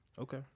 Okay